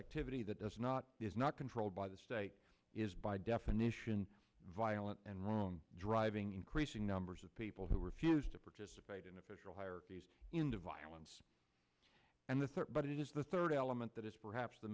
activity that does not is not controlled by the state is by definition violent and wrong driving increasing numbers of people who refuse to participate in official hierarchies in the violence and the thought but it is the third element that is perhaps the